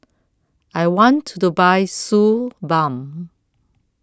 I want to to Buy Suu Balm